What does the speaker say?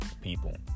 people